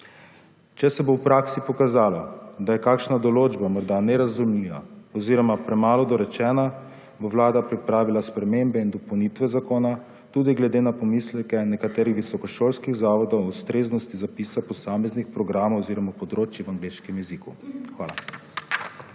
Če se bo v praksi pokazalo, da je kakšna določba morda nerazumljiva oziroma premalo dorečena, bo Vlada pripravila spremembe in dopolnitve zakona tudi glede na pomisleke nekaterih visokošolskih zavodov o ustreznosti zapisa posameznih programov oziroma področij v angleškem jeziku. Hvala.